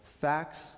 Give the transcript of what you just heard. facts